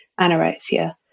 anorexia